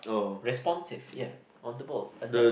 responsive ya on the ball alert